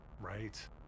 Right